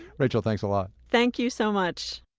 rachel, thanks a lot thank you so much